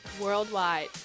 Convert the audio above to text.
worldwide